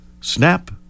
Snap